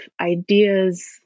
ideas